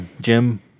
Jim